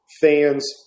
fans